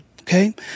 Okay